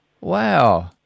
Wow